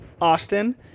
Austin